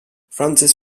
francis